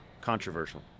controversial